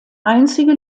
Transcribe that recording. einzige